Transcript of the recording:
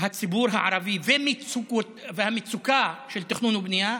הציבור הערבי במצוקה של התכנון והבנייה,